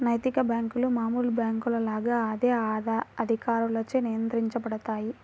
నైతిక బ్యేంకులు మామూలు బ్యేంకుల లాగా అదే అధికారులచే నియంత్రించబడతాయి